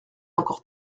encore